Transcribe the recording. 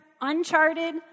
uncharted